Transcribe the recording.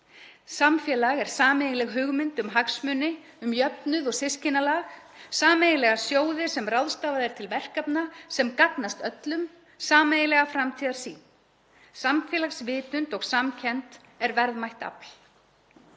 Samfélag er sameiginleg hugmynd um hagsmuni, um jöfnuð og systkinalag, sameiginlega sjóði sem ráðstafað er til verkefna sem gagnast öllum og sameiginlega framtíðarsýn. Samfélagsvitund og samkennd er verðmætt afl.